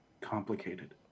complicated